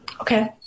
Okay